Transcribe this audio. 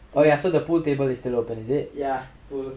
oh there's also a pool table in the room